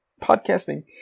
podcasting